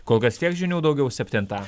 kol kas tiek žinių daugiau septintą